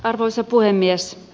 arvoisa puhemies